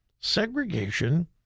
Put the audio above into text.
Segregation